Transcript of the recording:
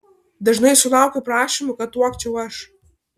dažnai sulaukiu prašymų kad tuokčiau aš